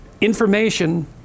information